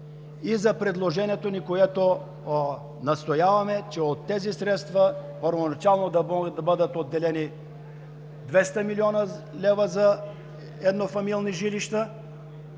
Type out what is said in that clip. и за предложението ни, на което настояваме – от тези средства първоначално да могат да бъдат отделени 200 млн. лв. за еднофамилни жилища,